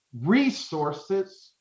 resources